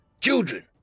children